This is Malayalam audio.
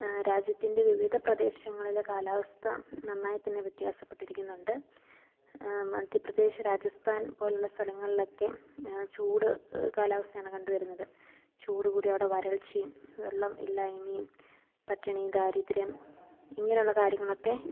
രാജ്യത്തിൻ്റെ വിവിധ പ്രദേശങ്ങളിലെ കാലാവസ്ഥ നന്നായി തന്നെ വ്യത്യാസപ്പെട്ടിരിക്കുന്നുണ്ട് മധ്യപ്രദേശ് രാജസ്ഥാൻ പോലുള്ള സ്ഥലങ്ങളിലൊക്കെ ചൂട് കാലാവസ്ഥയാണു കണ്ടുവരുന്നത് ചൂടു കൂടി അവിടെ വരൾച്ചയും വെള്ളം ഇല്ലായ്മയും പട്ടിണി ദാരിദ്ര്യം ഇങ്ങനെയുള്ള കാര്യങ്ങളൊക്കെ